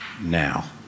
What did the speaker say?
now